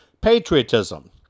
patriotism